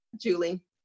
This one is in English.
Julie